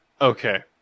Okay